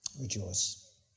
rejoice